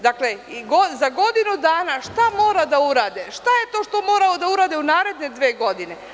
Dakle, za godinu dana šta mora da urade, šta je to što mora da urade u naredne dve godine.